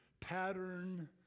pattern